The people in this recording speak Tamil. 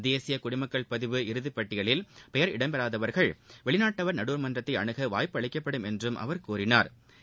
தேசிய குடிமக்கள் பதிவு இறுதி பட்டியலில் பெயர் இடம்பெறாதவர்கள் வெளிநாட்டவர் நடுவா்மன்றத்தை அணுக வாய்ப்பு அளிக்கப்படும் என்றும் அவா் கூறினாா்